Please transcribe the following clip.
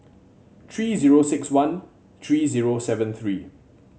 tree zero six one tree zero seven three